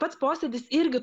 taip pat posėdis irgi